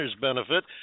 benefit